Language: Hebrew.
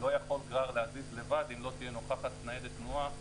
לא יכול גרר להזיז לבד אם לא תהיה נוכחת ניידת תנועה,